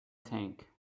tank